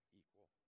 equal